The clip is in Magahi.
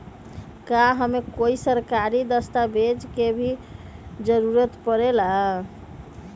का हमे कोई सरकारी दस्तावेज के भी जरूरत परे ला?